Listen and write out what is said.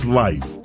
life